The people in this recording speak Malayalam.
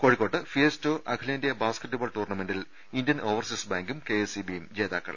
കോഴിക്കോട്ട് ഫിയസ്റ്റോ അഖിലേന്ത്യാ ബാസ്ക്കറ്റ്ബോൾ ടൂർണമെന്റിൽ ഇന്ത്യൻഓവർസീസ് ബാങ്കും കെഎസ്ഇ ബിയും ജേതാക്കൾ